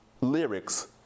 lyrics